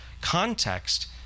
context